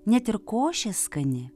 net ir košė skani